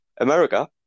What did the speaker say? America